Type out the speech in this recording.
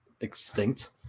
extinct